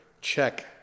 check